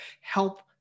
help